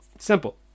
Simple